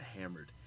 hammered